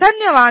धन्यवाद